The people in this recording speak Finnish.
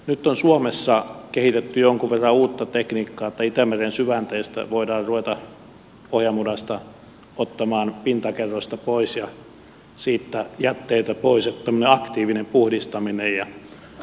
nyt on suomessa kehitetty jonkun verran uutta tekniikkaa että itämeren syvänteistä voidaan ruveta pohjamudasta ottamaan pintakerrosta pois ja siitä jätteitä pois tuommoista aktiivista puhdistamista